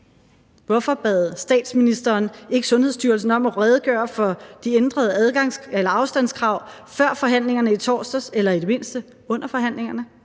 Hvorfor bad statsministeren ikke Sundhedsstyrelsen om at redegøre for de ændrede afstandskrav før forhandlingerne i torsdags eller i det mindste under forhandlingerne?